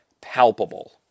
palpable